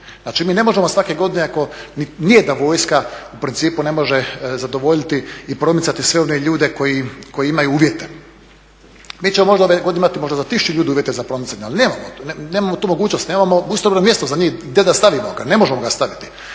Znači mi ne možemo svake godine, nije da vojska u principu ne može zadovoljiti i promicati sve one ljudi koji imaju uvijete. Mi ćemo možda ove godine imati za 1000 ljudi uvjete za promicanje ali nemao to, nemamo tu mogućnost, nemao … mjesto za njih gdje da ih stavimo, ne možemo ih staviti,